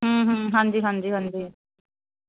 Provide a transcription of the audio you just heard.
ਹਾਂਜੀ ਹਾਂਜੀ ਹਾਂਜੀ